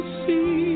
see